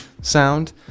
sound